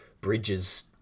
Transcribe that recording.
Bridges